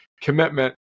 commitment